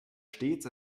stets